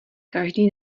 každý